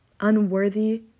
unworthy